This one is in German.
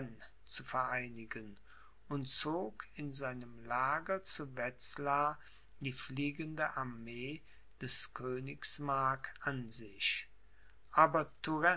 zu vereinigen und zog in seinem lager zu wetzlar die fliegende armee des königsmark an sich aber